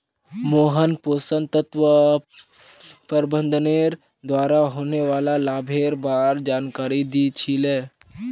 मोहन पोषण तत्व प्रबंधनेर द्वारा होने वाला लाभेर बार जानकारी दी छि ले